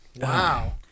Wow